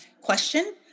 question